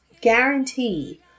guarantee